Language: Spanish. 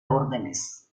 órdenes